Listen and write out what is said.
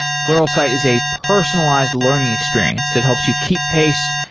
pluralsight is a personalized learning experience that helps you keep pace.